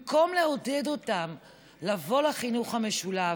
במקום לעודד אותם לבוא לחינוך המשולב,